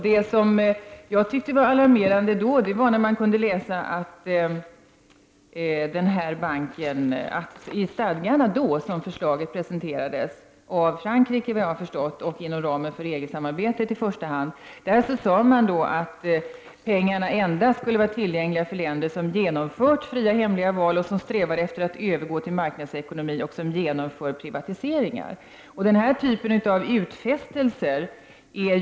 Det som jag tyckte var alarmerande var att man i det förslag till stadgar som då presenterades — av Frankrike, enligt vad jag har förstått, och inom ramen för i första hand EG-samarbetet — kunde läsa att pengarna skulle vara tillgängliga endast för länder som genomfört fria och hemliga val, som strävade efter att övergå till marknadsekonomi och som genomförde privatiseringar.